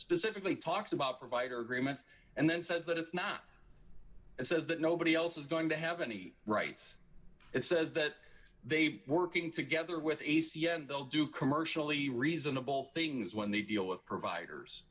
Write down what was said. specifically talks about provider agreements and then says that it's not and says that nobody else is going to have any rights it says that they working together with e c m they'll do commercially reasonable things when they deal with providers